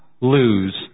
lose